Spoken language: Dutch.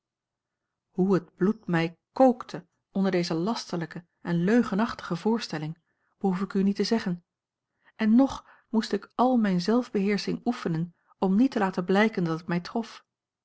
hoe het bloed mij kookte onder deze lasterlijke en leugenachtige voorstelling behoef ik u niet te zeggen en ng moest ik al mijne zelfbeheersching oefenen om niet te laten blijken dat het mij trof